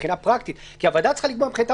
מבחינה פרקטית כי הוועדה צריכה לקבוע מבחינתה